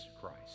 christ